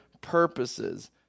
purposes